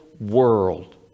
world